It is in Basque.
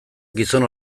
gizon